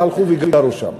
והלכו וגרו שם.